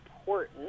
important